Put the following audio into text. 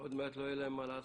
עוד מעט לא יהיה להם מה לעשות.